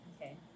okay